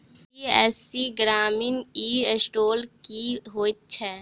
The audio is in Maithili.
सी.एस.सी ग्रामीण ई स्टोर की होइ छै?